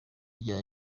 rya